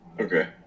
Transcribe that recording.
Okay